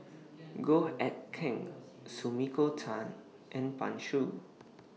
Goh Eck Kheng Sumiko Tan and Pan Shou